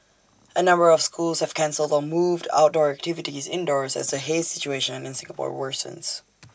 A number of schools have cancelled or moved outdoor activities indoors as the haze situation in Singapore worsens